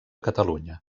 catalunya